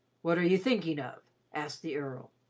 what are you thinking of? asked the earl.